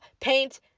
paint